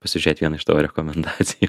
pasižiūrėt vieną iš tavo rekomendacijų